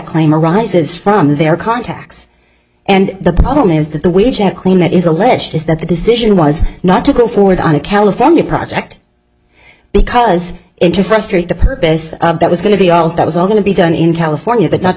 claim arises from their contacts and the problem is that the way to claim that is alleged is that the decision was not to go forward on a california project because into frustrate the purpose of that was going to be all that was all going to be done in california but not to